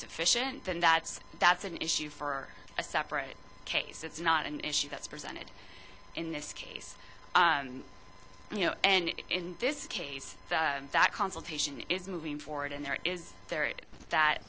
sufficient and that's that's an issue for a separate case that's not an issue that's presented in this case you know and in this case that consultation is moving forward and there is there it that